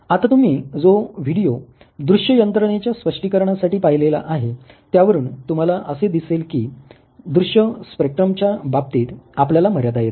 आता तुम्ही जो व्हिडीओ दृश्य यंत्रणेच्या स्पष्टीकरणासाठी पाहिलेला आहे त्यावरून तुम्हाला असे दिसेल की दृश्य स्पेक्ट्रमच्या बाबतीत आपल्याला मर्यादा येतात